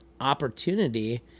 opportunity